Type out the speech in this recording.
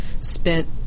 spent